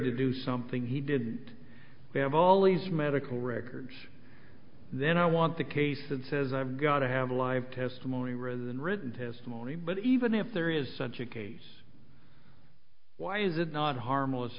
to do something he did have all these medical records then i want the case and says i've got to have a live testimony rather than written testimony but even if there is such a case why is it not harmless